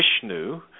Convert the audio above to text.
Vishnu